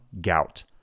gout